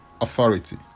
authority